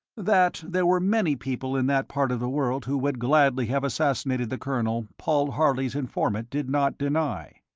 that there were many people in that part of the world who would gladly have assassinated the colonel, paul harley's informant did not deny.